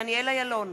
דניאל אילון,